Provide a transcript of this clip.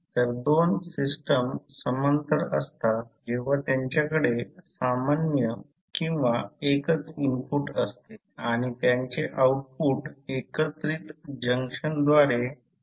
तर याचा अर्थ असा की जर मी ते सारणीच्या स्वरूपात मांडले जे एकसमान गोष्टी एकत्र करते इलेक्ट्रिकल सर्किट्स म्हणजे emf E हे मग्नेटिक सर्किटमध्ये एक व्होल्ट आहे ते Fm चे सादृश्य आहे